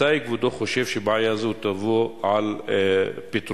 מתי כבודו חושב שבעיה זו תבוא על פתרונה?